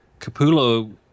Capullo